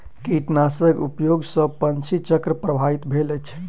कीटनाशक उपयोग सॅ पंछी चक्र प्रभावित भेल अछि